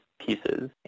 pieces